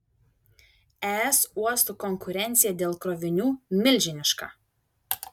es uostų konkurencija dėl krovinių milžiniška